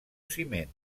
ciment